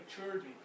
maturity